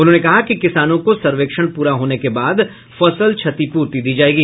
उन्होंने कहा कि किसानों को सर्वेक्षण प्रा होने के बाद फसल क्षतिपूर्ति दी जायेगी